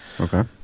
Okay